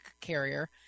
carrier